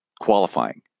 Qualifying